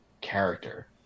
character